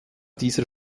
dieser